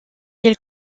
ils